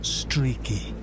streaky